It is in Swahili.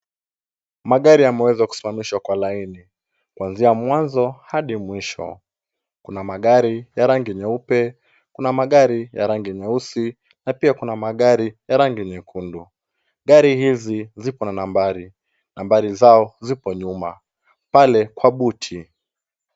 Magari yameweza kusimamishwa kwa laini, kwanzia mwanzo hadi mwisho. Kuna magari ya rangi nyeupe, kuna magari ya rangi yeusi na pia kuna magari ya rangi nyekundu. Gari hizi zipo na nambari. Nambari zao zipo nyuma pale kwa buti.